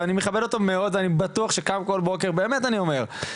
ואני מכבד אותו מאוד ואני בטוח שהוא קם כל בוקר כדי לעשות